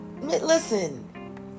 listen